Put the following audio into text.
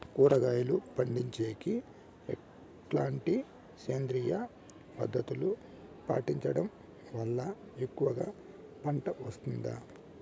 కూరగాయలు పండించేకి ఎట్లాంటి సేంద్రియ పద్ధతులు పాటించడం వల్ల ఎక్కువగా పంట వస్తుంది?